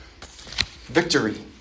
Victory